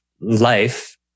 life